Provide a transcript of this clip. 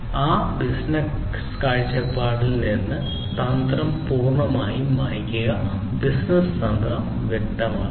ഒരു ബിസിനസ്സ് കാഴ്ചപ്പാടിൽ നിന്ന് തന്ത്രം പൂർണ്ണമായും മായ്ക്കുക ബിസിനസ് തന്ത്രം വ്യക്തമാക്കണം